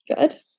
Good